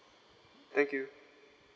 thank you